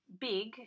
big